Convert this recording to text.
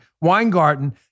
Weingarten